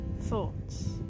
Thoughts